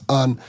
on